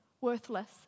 worthless